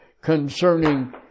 concerning